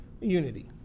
unity